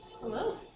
Hello